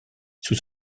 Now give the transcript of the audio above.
sous